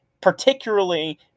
Particularly